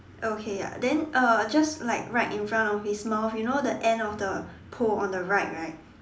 okay ya then uh just like right in front of this small you know the end of the pole on the right right